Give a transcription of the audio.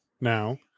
now